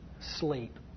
sleep